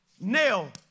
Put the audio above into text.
nail